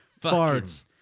farts